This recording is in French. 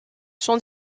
son